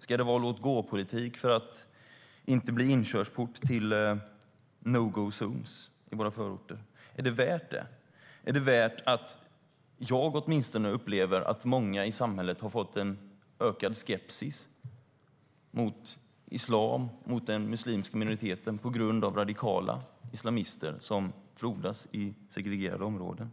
Ska det vara låtgåpolitik för att inte bli inkörsport till no go-zoner i våra förorter? Är det värt det? Är det värt att åtminstone jag upplever att många i samhället känner en ökad skepsis mot islam, mot den muslimska minoriteten, på grund av radikala islamister som frodas i segregerade områden?